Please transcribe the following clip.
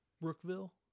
brookville